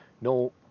no